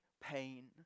pain